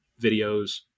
videos